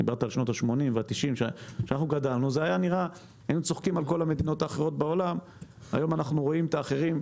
בשנות ה-80 וה-90 היינו צוחקים על כל המדינות בעולם והיום שולחים